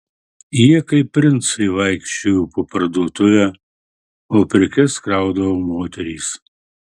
jie kaip princai vaikščiojo po parduotuvę o prekes kraudavo moterys